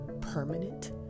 permanent